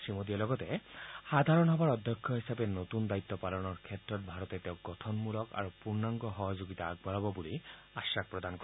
শ্ৰীমোদীয়ে লগতে ৰাট্টসংঘৰ সাধাৰণ সভাৰ অধ্যক্ষ হিচাপে নতুন দায়িত্ব পালনৰ ক্ষেত্ৰত ভাৰতে তেওঁক গঠনমূলক আৰু পূৰ্ণাংগ সহযোগিতা আগবঢ়াব বুলি আশ্বাস প্ৰদান কৰে